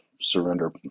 surrender